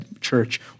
church